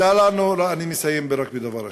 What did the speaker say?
אני מסיים רק בדבר אחד.